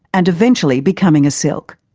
and eventually becoming a silk.